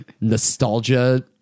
nostalgia